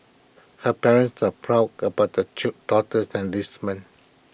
her parents are proud about the daughter's enlistment